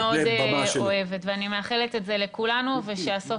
שיר שאני מאוד אוהבת ואני מאחלת את זה לכולנו שהסוף